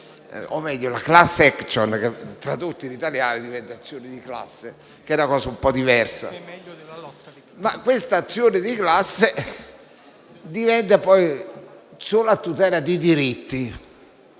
parliamo di *class action* - che tradotto in italiano diventa azione di classe, che è un po' diversa - questa azione di classe diventa poi solo a tutela dei diritti.